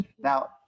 Now